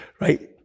right